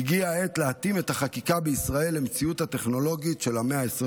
הגיעה העת להתאים את החקיקה בישראל למציאות הטכנולוגית של המאה ה-21.